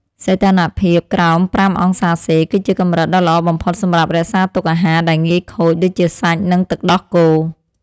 សីតុណ្ហភាពក្រោមប្រាំអង្សាសេ គឺជាកម្រិតដ៏ល្អបំផុតសម្រាប់រក្សាទុកអាហារដែលងាយខូចដូចជាសាច់និងទឹកដោះគោ។